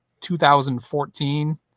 2014